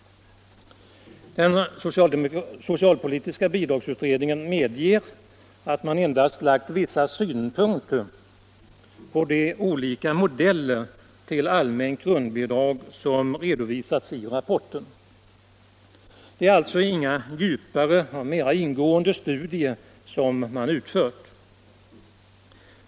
Den socialpolitiska bidragsutredningen medger att man endast lagt vissa synpunkter på de olika modeller till allmänt grundbidrag som redovisats i rapporten. Det är alltså inga djupare och mera ingående studier som man utfört.